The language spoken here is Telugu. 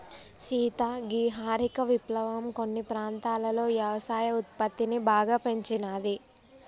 సీత గీ హరిత విప్లవం కొన్ని ప్రాంతాలలో యవసాయ ఉత్పత్తిని బాగా పెంచినాది